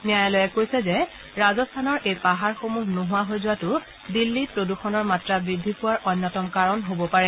ন্যায়ালয়ে কৈছে যে ৰাজস্থানৰ এই পাহাৰসমূহ নোহোৱা হৈ যোৱাটো দিল্লীত প্ৰদূষণৰ মাত্ৰা বৃদ্ধি পোৱাৰ অন্যতম কাৰণ হব পাৰে